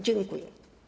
Dziękuję.